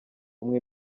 umwe